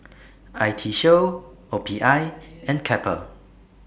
I T Show O P I and Kappa